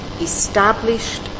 established